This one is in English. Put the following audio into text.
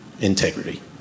integrity